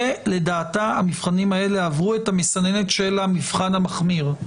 כי לדעתה המבחנים האלה עברו את המסננת של המבחן המחמיר.